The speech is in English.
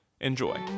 Enjoy